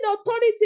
authority